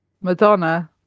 Madonna